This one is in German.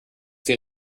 die